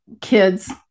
kids